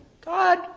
God